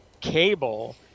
cable